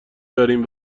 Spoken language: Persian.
داریم